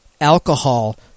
alcohol